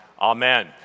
Amen